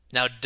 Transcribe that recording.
Now